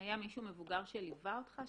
היה מישהו מבוגר שליווה אותך,